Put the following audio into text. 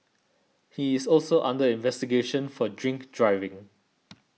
he is also under investigation for drink driving